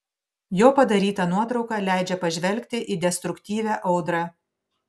jo padaryta nuotrauka leidžia pažvelgti į destruktyvią audrą